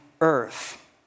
earth